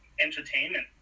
entertainment